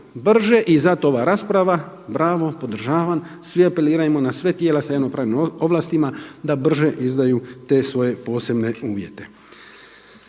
brže i zato ova rasprava, bravo, podržavam, svi apelirajmo na sva tijela s javno pravnim ovlastima da brže izdaju te svoje pravne uvjete.